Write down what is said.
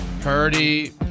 Purdy